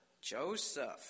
Joseph